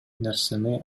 нерсени